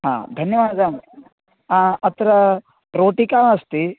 आम् धन्यवादम् आम् अत्र रोटिका अस्ति